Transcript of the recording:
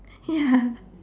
ya